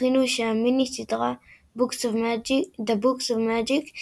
הבחינו שהמיני־סדרה "The Books of Magic",